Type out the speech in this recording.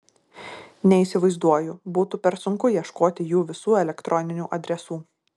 neįsivaizduoju būtų per sunku ieškoti jų visų elektroninių adresų